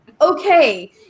okay